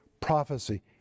prophecy